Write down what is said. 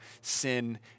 sin